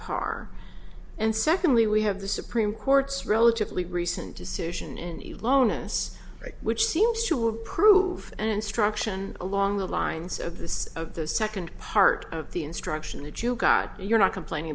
par and secondly we have the supreme court's relatively recent decision in the lowness which seems to approve an instruction along the lines of this of the second part of the instruction that you've got you're not complaining